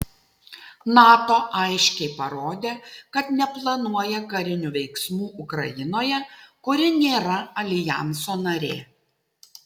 nato aiškiai parodė kad neplanuoja karinių veiksmų ukrainoje kuri nėra aljanso narė